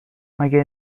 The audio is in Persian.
مگه